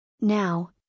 Now